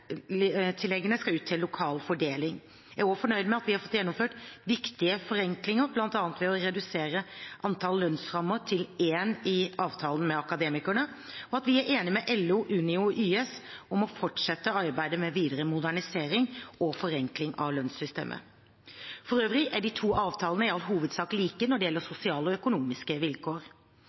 skal ut til lokal fordeling. Jeg er også fornøyd med at vi har fått gjennomført viktige forenklinger, bl.a. ved å redusere antall lønnsrammer til én i avtalen med Akademikerne, og at vi er enige med LO, Unio og YS om å fortsette arbeidet med videre modernisering og forenkling av lønnssystemet. For øvrig er de to avtalene i all hovedsak like når det gjelder sosiale og økonomiske vilkår.